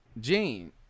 Gene